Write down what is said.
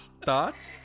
Thoughts